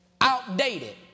outdated